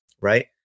right